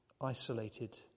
isolated